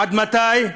עד מתי?